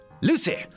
Lucy